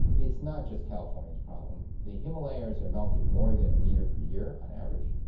it's not just california's problem, the himalayas are melting more than a metre per year on average.